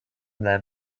them